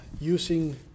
using